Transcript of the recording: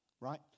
right